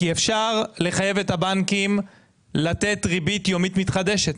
כי אפשר לחייב את הבנקים לתת ריבית יומית מתחדשת.